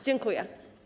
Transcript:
Dziękuję.